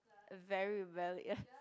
very rebellious